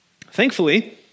thankfully